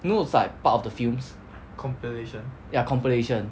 you know it's like part of the film's ya compilation